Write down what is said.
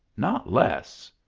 not less.